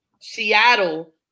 Seattle